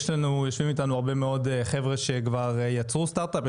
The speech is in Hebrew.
יושבים איתנו הרבה מאוד חבר'ה שכבר יצרו סטארט-אפ.